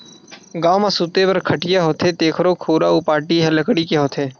गाँव म सूते बर खटिया होथे तेखरो खुरा अउ पाटी ह लकड़ी के होथे